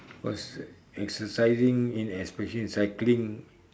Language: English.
cause exercising especially in cycling